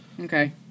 Okay